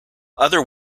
other